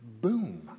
Boom